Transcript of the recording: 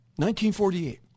1948